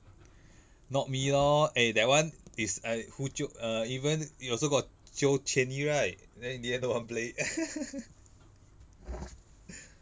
not me lor eh that one is err who jio err even you also got jio qian yee right then in the end don't want play